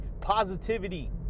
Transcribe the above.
positivity